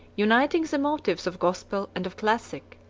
uniting the motives of gospel, and of classic,